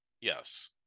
Yes